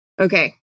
Okay